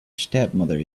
stepmother